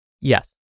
Yes